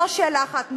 זו שאלה אחת.